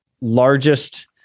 largest